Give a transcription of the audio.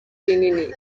rinini